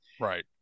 Right